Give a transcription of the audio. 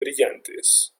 brillantes